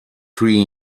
three